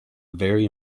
very